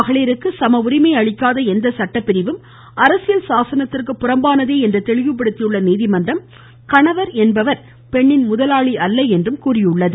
மகளிருக்கு சம உரிமை அளிக்காத எந்த சட்டப்பிரிவும் அரசியல் சாசனத்திற்கு புறம்பானதே என்று தெளிவுபடுத்தியுள்ள நீதிமன்றம் கணவர் என்பவர் பெண்ணின் முதலாளி அல்ல என்றும் கூறியுள்ளது